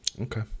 Okay